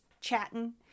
chatting